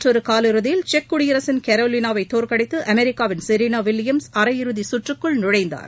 மற்றொரு காலிறுதியில் செக் குடியரசின் கரோலினாவை தோற்கடித்து அமெரிக்காவின் செரினா வில்லியம்ஸ் அரையிறுதி சுற்றுக்குள் நுழைந்தார்